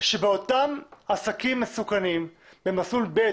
שבאותם עסקים מסוכנים במסלול ב'